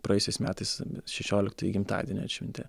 praėjusiais metais šešioliktąjį gimtadienį atšventė